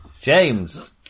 James